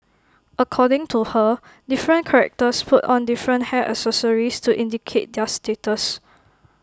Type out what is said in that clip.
according to her different characters put on different hair accessories to indicate their status